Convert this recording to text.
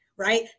right